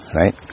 right